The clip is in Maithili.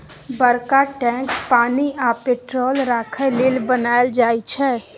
बरका टैंक पानि आ पेट्रोल राखय लेल बनाएल जाई छै